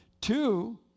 Two